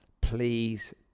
please